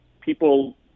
people